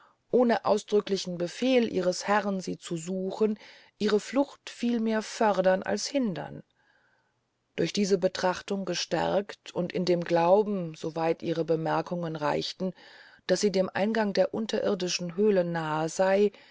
ohne ausdrücklichen befehl ihres herrn sie zu suchen ihre flucht vielmehr befördern als verhindern durch diese betrachtung gestärkt und in dem glauben so weit ihre bemerkungen reichten daß sie dem eingang der unterirrdischen höle nahe sey